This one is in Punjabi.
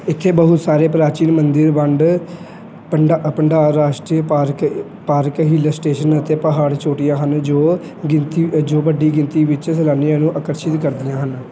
ਇੱਥੇ ਬਹੁਤ ਸਾਰੇ ਪ੍ਰਾਚੀਨ ਮੰਦਰ ਵੰਡ ਭੰਡ ਅ ਭੰਡਾਰ ਰਾਸ਼ਟਰੀ ਪਾਰਕ ਪਾਰਕ ਹਿੱਲ ਸਟੇਸ਼ਨ ਅਤੇ ਪਹਾੜੀ ਚੋਟੀਆਂ ਹਨ ਜੋ ਗਿਣਤੀ ਅ ਜੋ ਵੱਡੀ ਗਿਣਤੀ ਵਿੱਚ ਸੈਲਾਨੀਆਂ ਨੂੰ ਆਕਰਸ਼ਿਤ ਕਰਦੀਆਂ ਹਨ